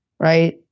right